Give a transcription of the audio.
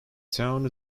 town